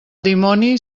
dimoni